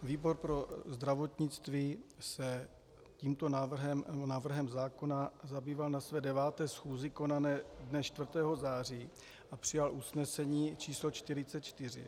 Výbor pro zdravotnictví se tímto návrhem zákona zabýval na své 9. schůzi konané dne 4. září a přijal usnesení číslo 44.